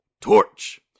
Torch